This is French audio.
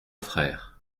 frère